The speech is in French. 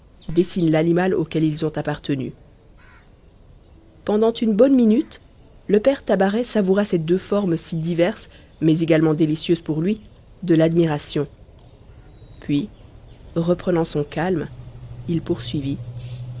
dessinent l'animal auquel ils ont appartenu pendant une bonne minute le père tabaret savoura ces deux formes si diverses mais également délicieuses pour lui de l'admiration puis reprenant son calme il poursuivit